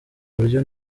buryo